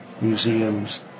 museums